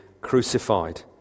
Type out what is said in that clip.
crucified